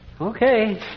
okay